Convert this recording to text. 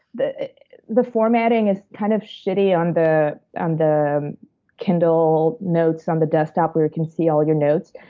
the the formatting is kind of shitty on the um the kindle notes on the desktop where you can see all your notes.